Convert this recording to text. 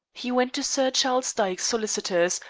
he went to sir charles dyke's solicitors,